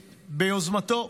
ביוזמתו.